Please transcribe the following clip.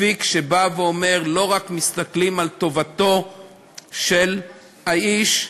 אפיק שבא ואומר: לא מסתכלים רק על טובתו של האיש,